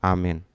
Amen